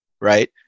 right